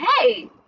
hey